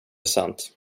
sant